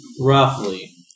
Roughly